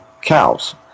cows